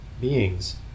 beings